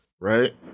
Right